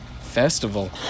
festival